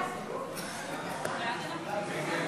מי נגד?